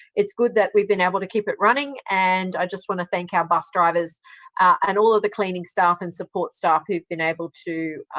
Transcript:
it's been good that we've been able to keep it running. and i just want to thank our bus drivers and all of the cleaning staff and support staff who've been able to